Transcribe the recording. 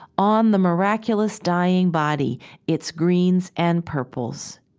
on the miraculous dying body its greens and purples